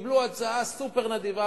קיבלו הצעה סופר-נדיבה,